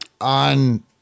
on